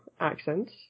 accents